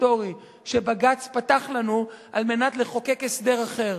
ההיסטורי שבג"ץ פתח לנו על מנת לחוקק הסדר אחר.